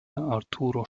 arturo